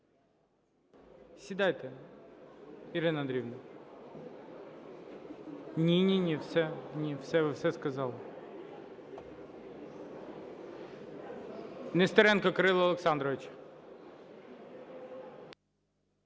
Сідайте, Ірина Андріївна. Ні, ні, ні. Все! Ви все сказали. Нестеренко Кирило Олександрович.